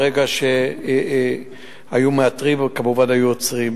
ברגע שהיו מאתרים, כמובן היו עוצרים.